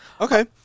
Okay